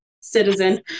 citizen